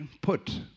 put